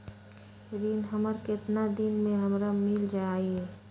ऋण हमर केतना दिन मे हमरा मील जाई?